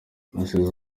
asize